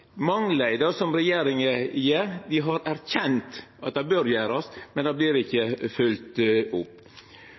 det som regjeringa gjer. Dei har erkjent at det bør gjerast, men det blir ikkje følgt opp.